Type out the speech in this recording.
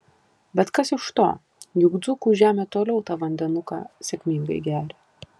bet kas iš to juk dzūkų žemė toliau tą vandenuką sėkmingai geria